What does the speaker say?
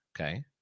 okay